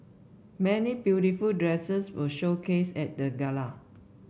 many beautiful dresses were showcased at the gala